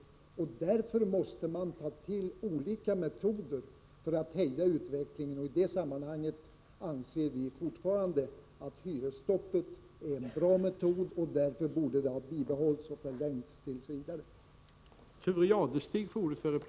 Därför måste man ta till olika metoder för att hejda utvecklingen. I det sammanhanget anser vi fortfarande att hyresstoppet är en bra metod, och därför borde det ha bibehållits och förlängts t. v.